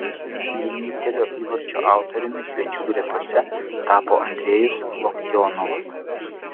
vienintelio įvarčio autoriumi svečių gretose tapo andrejus loktionovas